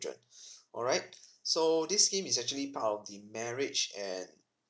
children alright so this scheme is actually part of the marriage and